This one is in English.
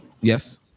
yes